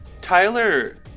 Tyler